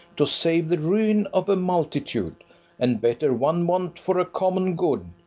to save the ruin of a multitude and better one want for a common good,